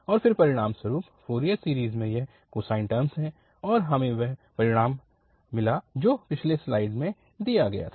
और फिर परिणामस्वरूप फ़ोरियर सीरीज़ में यह कोसाइन टर्मस हैं और हमें वह परिणाम मिला जो पिछली स्लाइड में दिया गया था